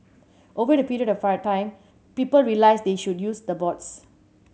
over a period of time people realise they should use the boards